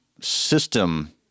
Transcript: system